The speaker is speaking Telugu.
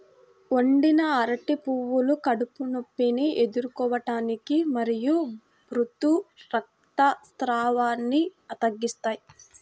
వండిన అరటి పువ్వులు కడుపు నొప్పిని ఎదుర్కోవటానికి మరియు ఋతు రక్తస్రావాన్ని తగ్గిస్తాయి